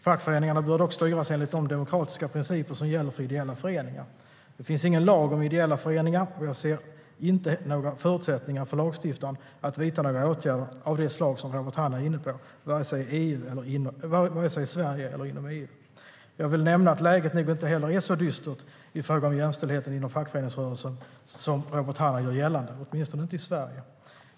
Fackföreningarna bör dock styras enligt de demokratiska principer som gäller för ideella föreningar. Det finns ingen lag om ideella föreningar, och jag ser inga förutsättningar för lagstiftaren att vidta några åtgärder av det slag som Robert Hannah är inne på vare sig i Sverige eller inom EU. Jag vill nämna att läget nog inte heller är så dystert i fråga om jämställdheten inom fackföreningsrörelsen som Robert Hannah gör gällande, åtminstone inte i Sverige.